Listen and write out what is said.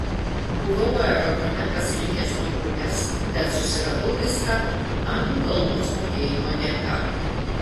buvau aerodrome pasilikęs nuo grupės bet susiradau viską anglų kalbos mokėjimo dėka